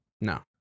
No